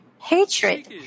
Hatred